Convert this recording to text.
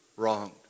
wrong